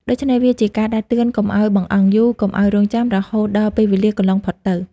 ដូច្នេះវាជាការដាស់តឿនកុំឲ្យបង្អង់យូរ កុំឲ្យរង់ចាំ រហូតដល់ពេលវេលាកន្លងផុតទៅ។